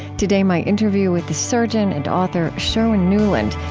today my interview with the surgeon and author sherwin nuland,